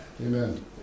Amen